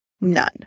None